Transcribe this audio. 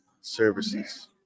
services